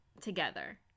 together